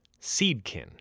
Seedkin